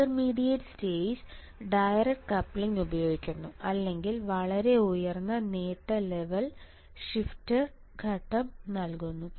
intermediate stage direct coupling ഉപയോഗിക്കുന്നു അല്ലെങ്കിൽ വളരെ ഉയർന്ന നേട്ട ലെവൽ ഷിഫ്റ്റർ ഘട്ടം നൽകുന്നു